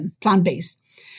plant-based